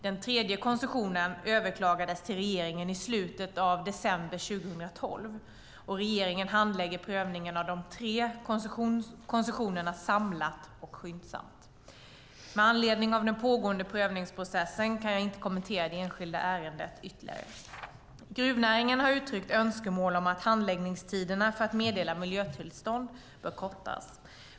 Den tredje koncessionen överklagades till regeringen i slutet av december 2012, och regeringen handlägger prövningen av de tre koncessionerna samlat och skyndsamt. Med anledning av den pågående prövningsprocessen kan jag inte kommentera det enskilda ärendet ytterligare. Gruvnäringen har uttryckt önskemål om att handläggningstiderna för att meddela miljötillstånd bör kortas.